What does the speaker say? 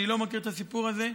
אני לא מכיר את הסיפור הזה.